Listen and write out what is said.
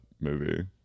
movie